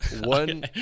One